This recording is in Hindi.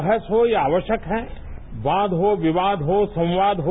बहस हो ये आवश्यक है वाद हो विवाद हो संवाद हो